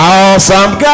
Awesome